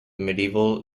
medieval